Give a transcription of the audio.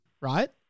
right